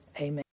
Amen